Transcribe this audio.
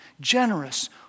generous